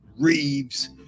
Reeves